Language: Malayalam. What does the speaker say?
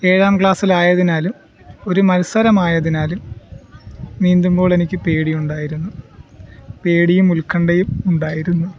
ഏഴാം ക്ലാസ്സിൽ ആയതിനാലും ഒരു മത്സരം ആയതിനാലും നീന്തുമ്പോൾ എനിക്ക് പേടിയുണ്ടായിരുന്നു പേടിയും ഉൽകണ്ഠയും ഉണ്ടായിരുന്നു